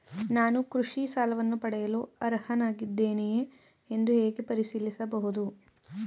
ನಾನು ಕೃಷಿ ಸಾಲವನ್ನು ಪಡೆಯಲು ಅರ್ಹನಾಗಿದ್ದೇನೆಯೇ ಎಂದು ಹೇಗೆ ಪರಿಶೀಲಿಸಬಹುದು?